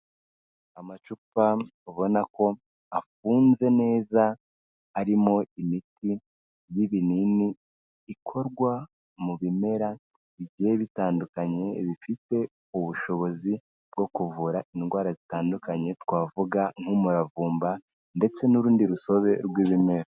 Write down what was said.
Amacupa ubona ko afunze neza, arimo imiti z'ibinini, ikorwa mu bimera bigiye bitandukanye, bifite ubushobozi bwo kuvura indwara zitandukanye twavuga nk'umuravumba ndetse n'urundi rusobe rw'ibimera.